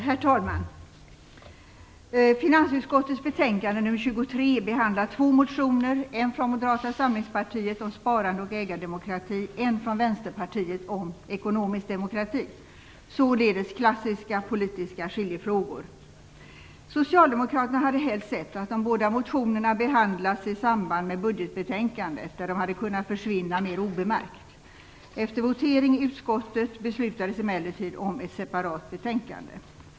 Herr talman! I finansutskottets betänkande nr 23 behandlas två motioner, en från Moderata samlingspartiet om sparande och ägardemokrati och en från Vänsterpartiet om ekonomisk demokrati - således klassiska politiska skiljefrågor. Socialdemokraterna hade helst sett att de båda motionerna behandlats i samband med budgetbetänkandet, där de hade kunnat försvinna mer obemärkt. Efter votering i utskottet beslutades emellertid om ett separat betänkande.